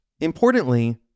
Importantly